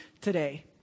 today